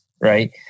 right